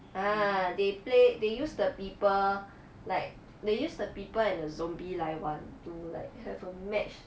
ah they play they use the people like they used the people and the zombie 来玩 to like have a match